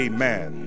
Amen